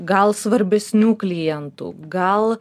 gal svarbesnių klientų gal